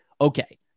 okay